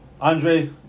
Andre